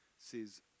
says